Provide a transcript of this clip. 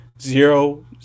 zero